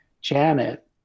Janet